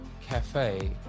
cafe